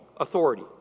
authority